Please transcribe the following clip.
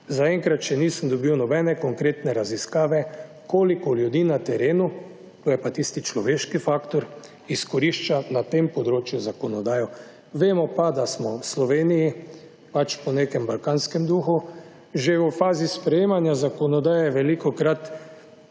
Zaenkrat še nisem dobil nobene konkretne raziskave, koliko je ljudi na terenu, to je pa tisti človeški faktor, izkorišča na tem področju zakonodajo. Vemo pa, da smo v Sloveniji pač po nekem balkanskem duhu že v fazi sprejemanja zakonodaje velikokrat